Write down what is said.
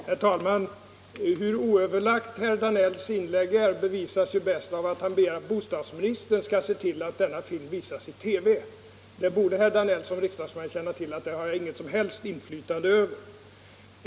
Herr talman! Hur oöverlagt herr Danells inlägg är bevisas bäst av att han begär att bostadsministern skall se till att denna film visas i TV. Som riksdagsman borde herr Danell känna till att det har jag inget som helst inflytande över.